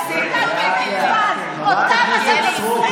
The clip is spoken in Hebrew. נגד חברת הכנסת סטרוק,